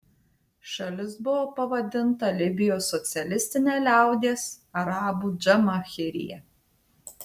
šalis buvo pavadinta libijos socialistine liaudies arabų džamahirija